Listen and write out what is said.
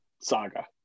saga